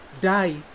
die